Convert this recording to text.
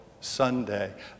Sunday